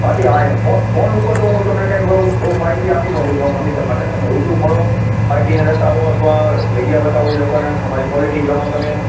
બાકી આ યે ફોન ફોન ઉપર તો હું તમને કાઈ બહુ બહુ માહિતી આપી ન હકું કારણ કે કમિશન માટે તમે રૂબરૂ મડો પાર્ટી ને લેતા આવો અથવા જગ્યા બતાવો ઇ લોકોને અમારી કોલેટી જાણો તમે